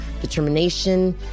determination